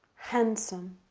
handsome